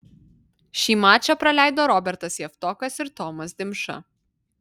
šį mačą praleido robertas javtokas ir tomas dimša